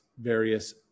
various